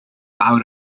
awr